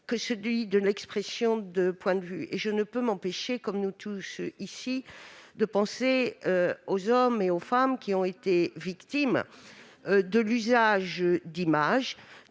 que l'expression de points de vue. Je ne peux m'empêcher, comme nous tous ici, de penser aux hommes et aux femmes qui ont été victimes de l'usage d'images